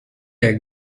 der